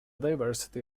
diversity